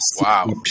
wow